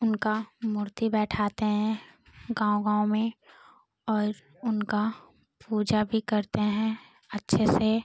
उनका मूर्ति बैठाते हैं गाँव गाँव में और उनका पूजा भी करते हैं अच्छे से